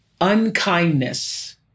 unkindness